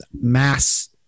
mass